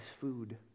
food